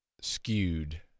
skewed